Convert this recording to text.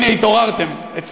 הנה התעוררתם.